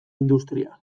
industria